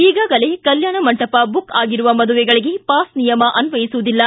ಈಗಾಗಲೇ ಕಲ್ಕಾಣ ಮಂಟಪ ಬುಕ್ ಆಗಿರುವ ಮದುವೆಗಳಿಗೆ ಪಾಸ್ ನಿಯಮ ಅನ್ವಯಿಸುವುದಿಲ್ಲ